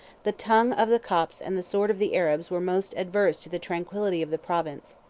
the tongue of the copts and the sword of the arabs were most adverse to the tranquillity of the province.